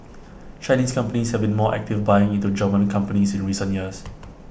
Chinese companies have been more active buying into German companies in recent years